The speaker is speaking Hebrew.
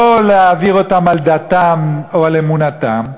לא להעביר אותם על דתם או על אמונתם.